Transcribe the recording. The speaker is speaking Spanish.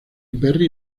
perry